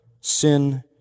sin